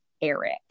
Eric